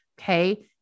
Okay